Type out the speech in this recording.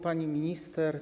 Pani Minister!